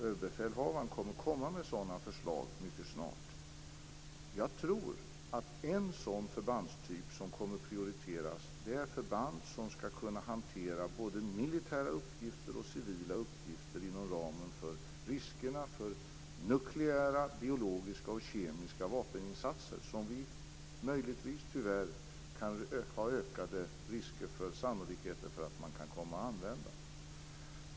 Överbefälhavaren kommer att lägga fram sådana förslag mycket snart. Jag tror att en förbandstyp som kommer att prioriteras är förband som skall kunna hantera både militära och civila uppgifter inom ramen för riskerna för nukleära, biologiska och kemiska vapeninsatser. Möjligtvis har risken tyvärr ökat för sannolikheten att man kan komma att använda sådana vapen.